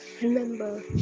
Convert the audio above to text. Remember